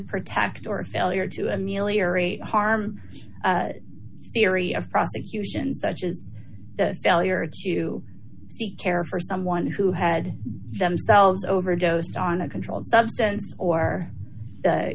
protect or failure to ameliorate harm theory of prosecutions such as the failure to seek care for someone who had themselves overdosed on a controlled substance or